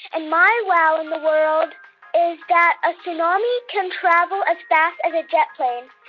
and my wow in the world is that a tsunami can travel as fast as a jet plane.